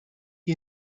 you